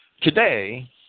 Today